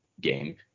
game